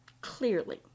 Clearly